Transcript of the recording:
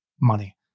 money